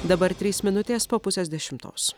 dabar trys minutės po pusės dešimtos